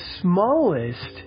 smallest